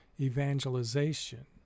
evangelization